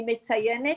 אני מציינת,